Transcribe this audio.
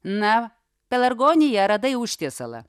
na pelargonija radai užtiesalą